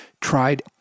tried